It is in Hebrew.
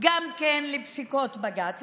גם כן לפסיקות בג"ץ.